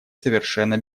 совершенно